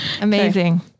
Amazing